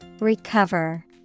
Recover